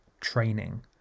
training